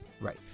Right